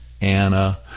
Anna